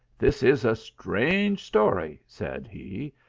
this is a strange story, said he,